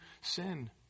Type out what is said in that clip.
sin